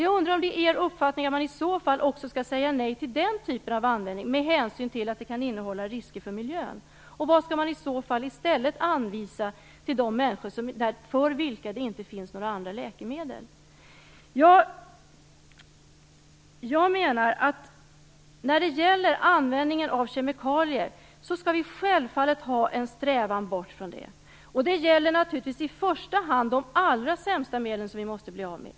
Är det er uppfattning att man i så fall också skall säga nej till den typen av användning, med hänsyn till att det kan innebära risker för miljön? Och vad skall man i så fall i stället erbjuda de människor för vilka det inte finns några andra läkemedel? Jag menar att vi självfallet skall sträva bort från användningen av kemikalier. Det gäller naturligtvis i första hand de allra sämsta medlen, som vi måste bli av med.